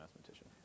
mathematician